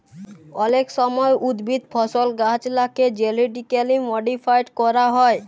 অলেক সময় উদ্ভিদ, ফসল, গাহাচলাকে জেলেটিক্যালি মডিফাইড ক্যরা হয়